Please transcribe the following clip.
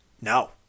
No